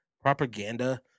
propaganda